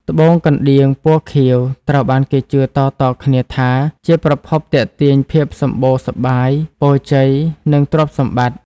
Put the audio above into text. ត្បូងកណ្តៀងពណ៌ខៀវ ត្រូវបានគេជឿតៗគ្នាថា ជាប្រភពទាក់ទាញភាពសម្បូរសប្បាយ ពរជ័យ និងទ្រព្យសម្បត្តិ។